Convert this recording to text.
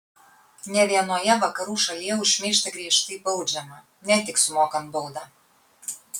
ne vienoje vakarų šalyje už šmeižtą griežtai baudžiama ne tik sumokant baudą